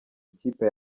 ikipe